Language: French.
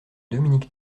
dominique